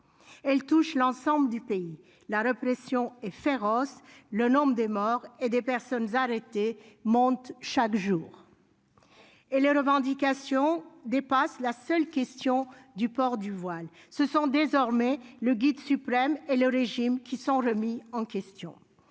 elle touche l'ensemble du pays, la répression est féroce, le nombre des morts et des personnes arrêtées monte chaque jour et les revendications dépassent la seule question du port du voile ce sont désormais le Guide suprême et le régime qui sont remis en question,